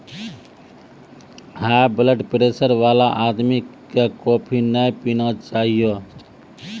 high blood pressure वाला आदमी कॅ कॉफी नय पीना चाहियो